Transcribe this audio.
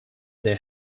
their